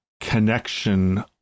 connection